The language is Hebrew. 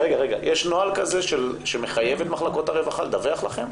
יש נוהל כזה שמחייב את מחלקות הרווחה לדווח לך?